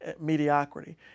mediocrity